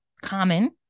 common